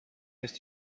ist